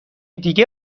دیگه